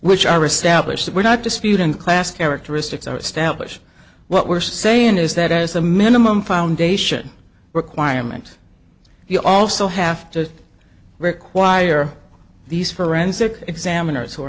which are established that were not dispute in class characteristics or establish what we're saying is that as a minimum foundation requirement you also have to require these forensic examiners who are